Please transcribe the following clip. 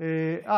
על